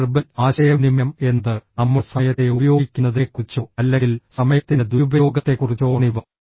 non verbal ആശയവിനിമയം എന്നത് നമ്മുടെ സമയത്തെ ഉപയോഗിക്കുന്നതിനെക്കുറിച്ചോ അല്ലെങ്കിൽ സമയത്തിന്റെ ദുരുപയോഗത്തെക്കുറിച്ചോആണിവ